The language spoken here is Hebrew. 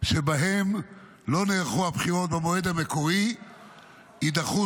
שבהן לא נערכו הבחירות במועד המקורי יידחו